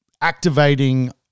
activating